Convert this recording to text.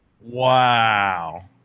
Wow